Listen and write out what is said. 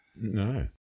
No